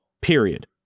period